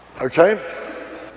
Okay